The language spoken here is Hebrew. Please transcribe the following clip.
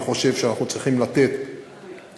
אני חושב שאנחנו צריכים לתת פתרון